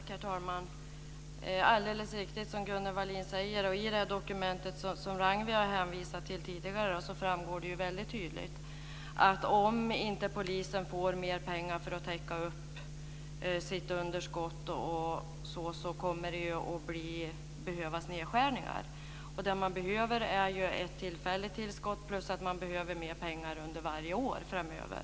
Herr talman! Det är alldeles riktigt som Gunnel Wallin säger. I det dokument som Ragnwi har hänvisat till tidigare framgår det väldigt tydligt att om inte polisen får mer pengar för att täcka upp sitt underskott kommer det att krävas nedskärningar. Det man behöver är ett tillfälligt tillskott plus att man behöver mer pengar under varje år framöver.